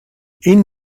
این